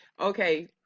okay